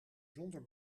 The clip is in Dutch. zonder